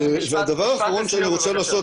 ודבר אחרון שאני רוצה לדבר עליו,